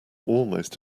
almost